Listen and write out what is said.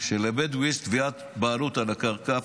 שכשלבדואי יש תביעת בעלות על הקרקע,